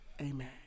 Amen